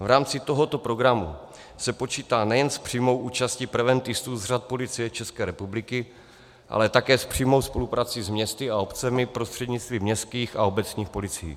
V rámci tohoto programu se počítá nejen s přímou účastí preventistů z řad Policie České republiky, ale také s přímou spoluprací s městy a obcemi prostřednictvím městských a obecních policií.